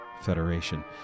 federation